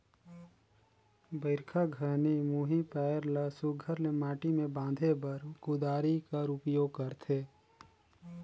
बरिखा घनी मुही पाएर ल सुग्घर ले माटी मे बांधे बर कुदारी कर उपियोग करथे